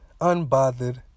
unbothered